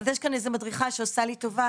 אז יש כאן איזה מדריכה שעושה לי טובה